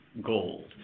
gold